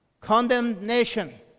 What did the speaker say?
Condemnation